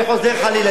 וחוזר חלילה.